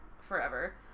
forever